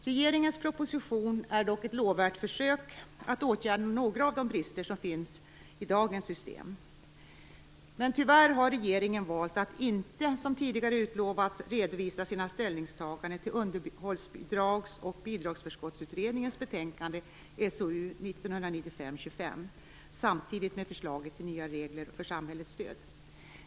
Regeringens proposition är dock ett lovvärt försök att åtgärda några av dessa brister. Tyvärr har regeringen valt att inte, som tidigare utlovats, redovisa sina ställningstaganden till Underhållsbidrags och bidragsförskottsutredningens betänkande SOU 1995:25 samtidigt med förslaget till nya regler för samhällets stöd.